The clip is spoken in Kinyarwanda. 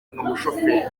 n’umushoferi